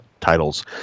titles